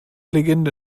legende